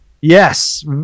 Yes